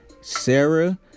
Sarah